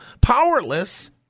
powerless